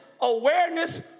awareness